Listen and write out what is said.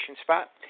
spot